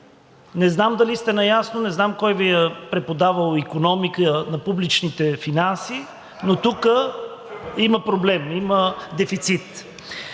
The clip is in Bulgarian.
Не знам дали сте наясно, не знам кой Ви е преподавал „Икономика на публичните финанси“, но тук има проблем, има дефицит.